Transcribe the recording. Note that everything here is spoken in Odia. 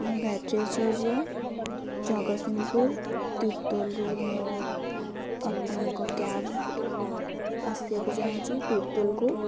ମୁଁ ଗାୟତ୍ରୀ ଆଚାର୍ଯ୍ୟ ଜଗତସିଂହପୁର ତୀର୍ତୋଲରୁ ମୁଁ ଆପଣଙ୍କ କ୍ୟାବ୍ ଆସିବାକୁ ଚାହୁଁଛି ତୀର୍ତୋଲକୁ